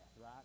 right